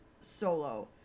Solo